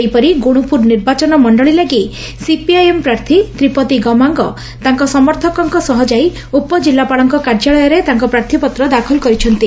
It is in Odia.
ସେହିପରି ଗୁଣୁପୁରୁ ନିର୍ବାଚନ ମଣ୍ଡଳୀ ଲାଗି ସିପିଆଇଏମ୍ ପ୍ରାର୍ଥୀ ତ୍ରିପତି ଗମାଙ୍ଗ ତାଙ୍କ ସମର୍ଥକଙ୍କ ସହ ଯାଇ ଉପଜିଲ୍କୁପାଳଙ୍କ କାର୍ଯ୍ୟାଳୟରେ ତାଙ୍କ ପ୍ରାର୍ଥୀପତ୍ର ଦାଖଲ କରିଛନ୍ତି